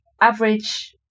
average